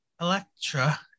Electra